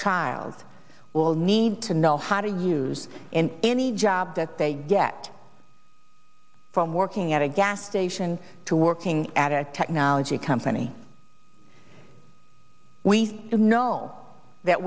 child will need to know how to use in any job that they get from working at a gas station to working at a technology company we know that